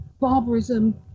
Barbarism